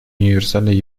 универсальной